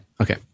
okay